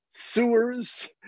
sewers